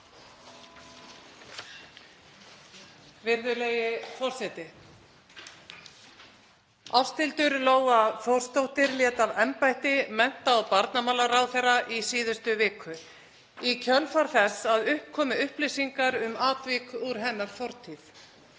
Virðulegi forseti. Ásthildur Lóa Þórsdóttir lét af embætti mennta- og barnamálaráðherra í síðustu viku í kjölfar þess að upp komu upplýsingar um atvik úr hennar fortíð.